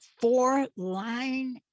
four-line